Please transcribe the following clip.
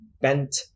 bent